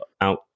out